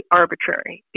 arbitrary